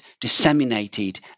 disseminated